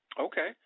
Okay